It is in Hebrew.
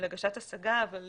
והגשת השגה, אבל